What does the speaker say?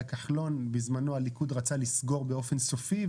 בזמנו הליכוד רצה לסגור באופן סופי.